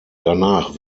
danach